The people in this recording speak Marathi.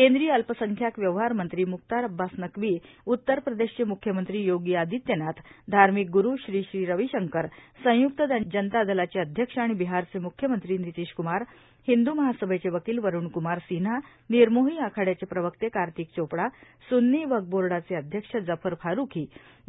केंद्रीय अल्पसंख्याक व्यवहार मंत्री म्रुख्तार अब्बास नक्वी उत्तर प्रदेशचे म्रुख्यमंत्री योगी आदित्यनाथ धार्मिक ग्रुरू श्री श्री रविशंकर संयुक्त जनता दलाचे अध्यक्ष आणि बिहारचे मुख्यमंत्री नितीश क्रमार हिंदू महासभेचे वकील वरूण कूमार सिव्हा निर्मोही आखाड्याचे प्रवक्ते कार्तिक चोपडा सुन्नी वक्फ बोर्डाचे अध्यक्ष जफर फारूस्री